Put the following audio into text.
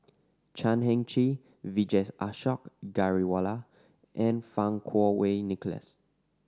Chan Heng Chee Vijesh Ashok Ghariwala and Fang Kuo Wei Nicholas